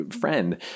friend